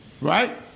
right